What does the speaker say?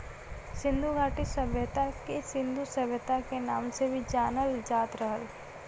सिन्धु घाटी सभ्यता के सिन्धु सभ्यता के नाम से भी जानल जात रहल